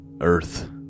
earth